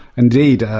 indeed